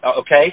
okay